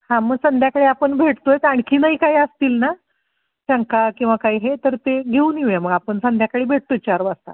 हां मग संध्याकाळी आपण भेटतो आहे आणखीनही काही असतील ना शंका किंवा काही हे तर ते घेऊन येऊ मग आपण संध्याकाळी भेटू चार वाजता